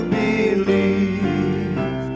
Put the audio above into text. believe